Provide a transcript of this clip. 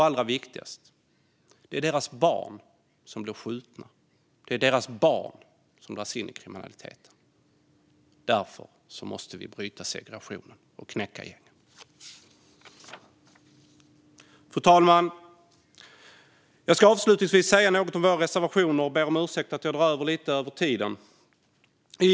Allra viktigast: Det är deras barn som blir skjutna. Det är deras barn som dras in i kriminalitet. Därför måste vi bryta segregationen och knäcka gängen. Fru talman! Jag ska avslutningsvis säga något om våra reservationer. Jag ber om ursäkt för att jag drar över min talartid lite.